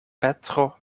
petro